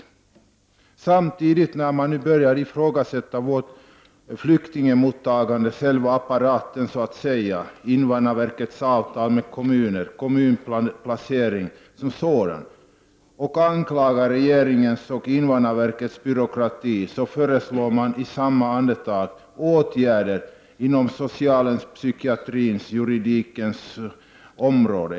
När man samtidigt börjar ifrågasätta vårt flyktingmottagande — själva apparaten så att säga — invandrarverkets avtal med kommuner och kommunplaceringen som sådan samt anklagar regeringens och invandrarverkets byråkrati, föreslår man i samma andetag åtgärder på det sociala området, inom psykiatrin och på juridikens område.